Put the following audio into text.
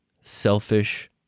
selfish